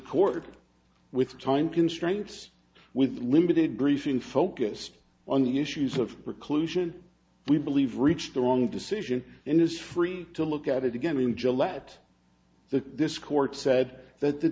court with time constraints with limited briefing focused on the issues of reclusion we believe reached the wrong decision and is free to look at it again in jalalabad the this court said that the